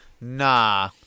Nah